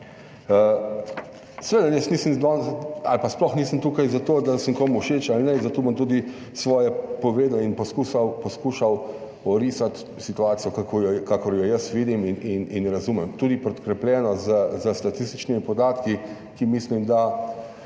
Seveda jaz nisem danes ali pa sploh nisem tukaj za to, da sem komu všeč ali ne, zato bom tudi svoje povedal in poskušal orisati situacijo kakor jo jaz vidim in razumem, tudi podkrepljeno s statističnimi podatki, ki mislim, da